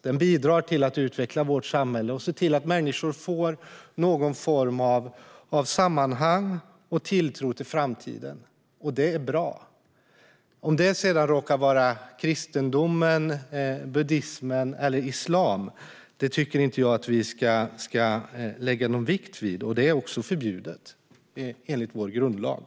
Den bidrar till att utveckla vårt samhälle och ser till att människor får någon form av sammanhang och tilltro till framtiden, och det är bra. Om det sedan råkar vara kristendom, buddhism eller islam tycker inte jag att vi ska lägga någon vikt vid, och detta är också förbjudet enligt vår grundlag.